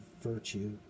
virtue